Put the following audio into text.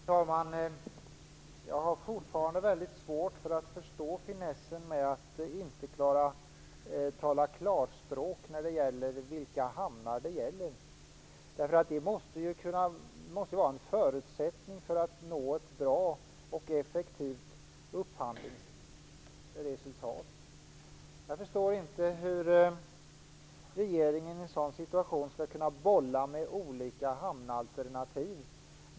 Fru talman! Jag har fortfarande väldigt svårt att förstå finessen med att inte tala klarspråk när gäller vilka hamnar det skall vara. Det måste ändå vara en förutsättning för att nå ett bra och effektivt upphandlingsresultat. Jag förstår inte hur regeringen i en sådan här situation kan bolla med olika hamnalternativ.